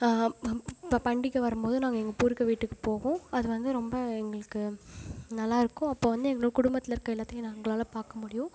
பண்டிகை வரம்போதோ நாங்கள் எங்கள் பூர்வீக வீட்டுக்குப் போவோம் அது வந்து ரொம்ப எங்களுக்கு நல்லா இருக்கும் அப்போ வந்து எங்கள் குடும்பத்தில் இருக்கிற எல்லாத்தையும் நாங்க எங்களால் பார்க்க முடியும்